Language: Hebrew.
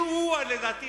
לדעתי,